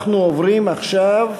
אנחנו עוברים עכשיו,